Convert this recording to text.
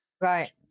right